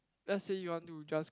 let's say you want to just